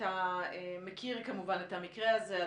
אתה מכיר כמובן את המקרה הזה.